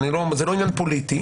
זה לא עניין פוליטי